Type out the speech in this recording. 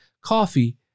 coffee